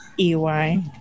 EY